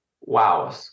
Wow